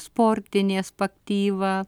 sportinė spaktyva